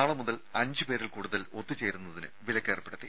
നാളെ മുതൽ അഞ്ച് പേരിൽ കൂടുതൽ ഒത്തുചേരുന്നതിന് വിലക്ക് ഏർപ്പെടുത്തി